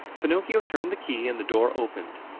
pinocchio turned the key and the door opened.